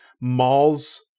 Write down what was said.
malls